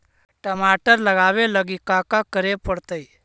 टमाटर लगावे लगी का का करये पड़तै?